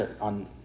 on